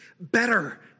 better